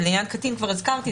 ולעניין קטין כבר הזכרתי,